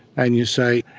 and you say,